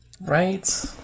Right